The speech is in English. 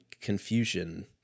Confusion